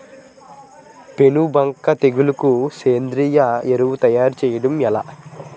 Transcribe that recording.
పేను బంక తెగులుకు సేంద్రీయ ఎరువు తయారు చేయడం ఎలా?